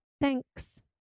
Thanks